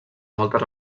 moltes